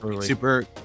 super